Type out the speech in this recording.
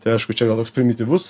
tai aišku čia gal toks primityvus